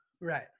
Right